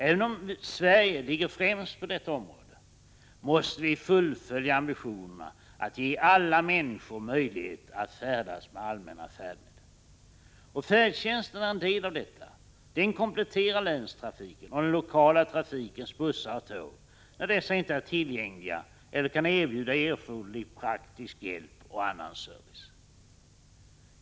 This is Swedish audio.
Även om Sverige ligger främst på detta område måste vi fullfölja ambitionerna att ge alla människor möjlighet att färdas med allmänna färdmedel. Och färdtjänsten är en del av detta. Den kompletterar länstrafiken och den lokala trafikens bussar och tåg när dessa inte är tillgängliga eller kan erbjuda erforderlig praktisk hjälp och annan service.